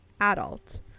adult